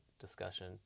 discussion